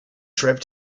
trip